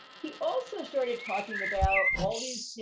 he also started talking about all these, you